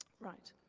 right,